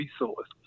resource